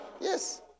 Yes